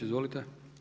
Izvolite.